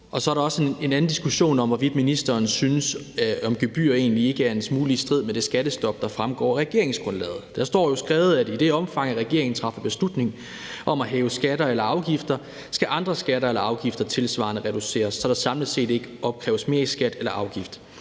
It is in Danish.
Så er der også en anden diskussion om, hvorvidt ministeren synes, at gebyrer egentlig ikke er en smule i strid med det skattestop, der fremgår af regeringsgrundlaget. Der står jo skrevet: »I det omfang, at regeringen træffer beslutning om at hæve skatter eller afgifter, skal andre skatter eller afgifter tilsvarende reduceres, så der samlet set ikke opkræves mere i skat eller afgift.«